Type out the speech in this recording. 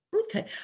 Okay